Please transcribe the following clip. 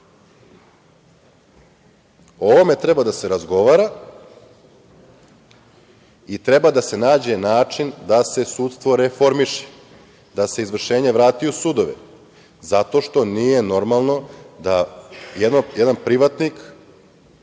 ovome treba da se razgovara i treba da se nađe način da se sudstvo reformiše, da se izvršenje vrati u sudove zato što nije normalno da jedan privatnik,